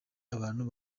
abantu